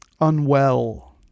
unwell